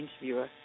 interviewer